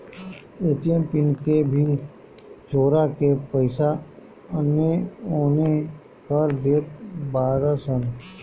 ATM pin के भी चोरा के पईसा एनेओने कर देत बाड़ऽ सन